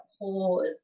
pause